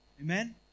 Amen